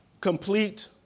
Complete